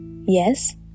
yes